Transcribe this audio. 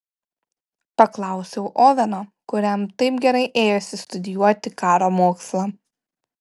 paklausiau oveno kuriam taip gerai ėjosi studijuoti karo mokslą